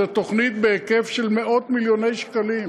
זו תוכנית בהיקף של מאות-מיליוני שקלים.